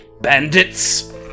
bandits